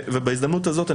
בהזדמנות הזאת,